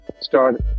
start